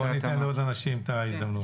בוא ניתן לעוד אנשים את ההזדמנות.